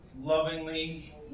Lovingly